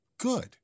Good